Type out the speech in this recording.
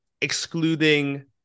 excluding